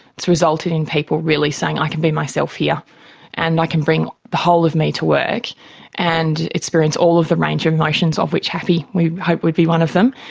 it's resulted in people really saying i can be myself here and i can bring the whole of me to work and experience all of the range of emotions, of which happy we hope would be one of them,